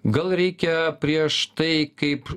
gal reikia prieš tai kaip